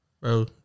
Bro